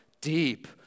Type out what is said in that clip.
deep